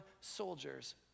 soldiers